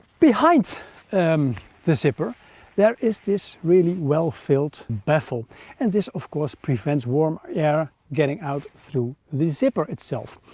behind um the zipper there is this really well filled baffle and this of course prevents warm air getting out through the zipper itself.